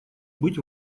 быть